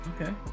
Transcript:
Okay